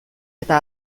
eta